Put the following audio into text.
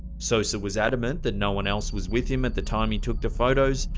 sosa was adamant that no one else was with him at the time he took the photos,